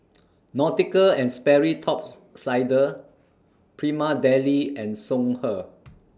Nautica and Sperry Tops Sider Prima Deli and Songhe